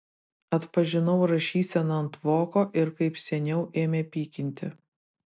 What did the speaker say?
atpažinau rašyseną ant voko ir kaip seniau ėmė pykinti